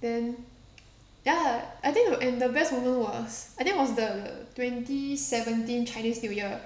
then ya I think and the best moment was I think was the twenty seventeen chinese new year